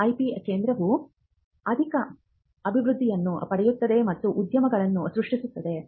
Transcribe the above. IP ಕೇಂದ್ರವು ಆರ್ಥಿಕ ಅಭಿವೃದ್ಧಿಯನ್ನು ಮಾಡುತ್ತದೆ ಮತ್ತು ಉದ್ಯೋಗಗಳನ್ನು ಸೃಷ್ಟಿಸುತ್ತದೆ